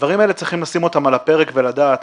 הדברים האלה צריך לשים אותם על הפרק ולדעת.